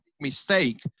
mistake